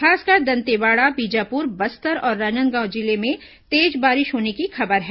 खासकर दंतेवाड़ा बीजापुर बस्तर और राजनांदगांव जिले में तेज बारिश होने की खबर है